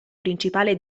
principale